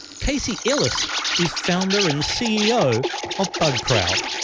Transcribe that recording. casey ellis is founder and ceo of bugcrowd.